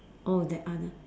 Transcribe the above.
orh that other